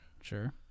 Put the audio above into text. Sure